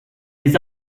les